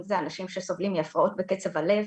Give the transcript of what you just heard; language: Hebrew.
אם זה אנשים שסובלים מהפרעות בקצב הלב,